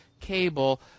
cable